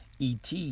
ET